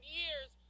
years